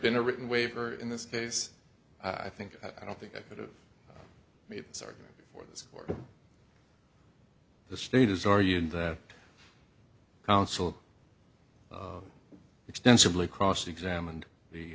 been a written waiver in this case i think i don't think i could have made its argument before this or the state is are you in their counsel extensively cross examined the